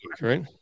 right